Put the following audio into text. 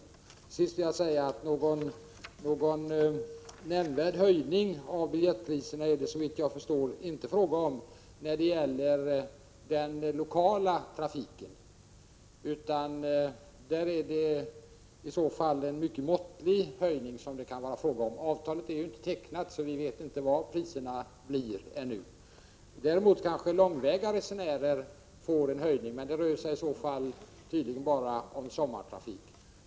Till sist vill jag säga att någon nämnvärd höjning av biljettpriserna är det såvitt jag förstår inte fråga om när det gäller den lokala trafiken, utan där kan det bli en mycket måttlig höjning. Avtalet är ju inte tecknat, så vi vet inte ännu vilka priserna blir. Däremot kanske långväga resenärer får en höjning, men det rör sig i så fall tydligen bara om sommartrafik.